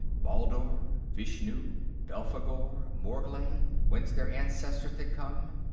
baldur, vishnu, belphegor, morglay, whence their ancestors had come,